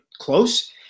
close